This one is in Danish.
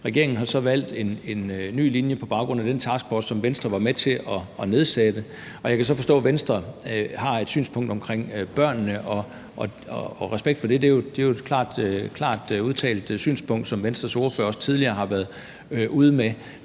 Regeringen har så valgt en ny linje på baggrund af vurderingen fra den taskforce, som Venstre var med til at nedsætte. Og jeg kan så forstå, at Venstre har et synspunkt omkring børnene, og respekt for det – det er jo et klart udtalt synspunkt, som Venstres ordfører også tidligere har været ude med.